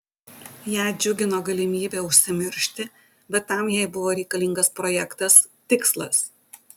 ją džiugino galimybė užsimiršti bet tam jai buvo reikalingas projektas tikslas